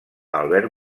albert